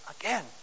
again